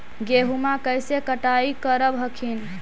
गेहुमा कैसे कटाई करब हखिन?